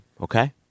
Okay